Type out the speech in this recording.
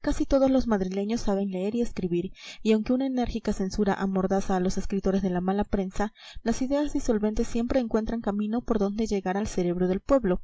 casi todos los madrileños saben leer y escribir y aunque una enérgica censura amordaza a los escritores de la mala prensa las ideas disolventes siempre encuentran camino por donde llegar al cerebro del pueblo